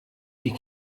die